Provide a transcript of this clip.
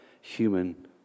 human